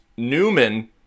newman